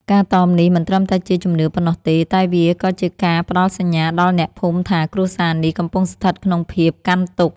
ការតមនេះមិនត្រឹមតែជាជំនឿប៉ុណ្ណោះទេតែវាក៏ជាការផ្ដល់សញ្ញាដល់អ្នកភូមិថា គ្រួសារនេះកំពុងស្ថិតក្នុងភាពកាន់ទុក្ខ។